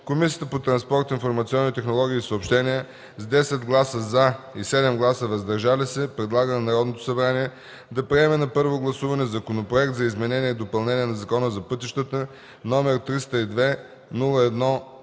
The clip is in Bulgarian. Комисията по транспорт, информационни технологии и съобщения с 10 гласа „за” и 7 гласа „въздържали се” предлага на Народното събрание да приеме на първо гласуване Законопроект за изменение и допълнение на Закона за пътищата, № 302-01-31,